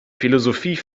philosophie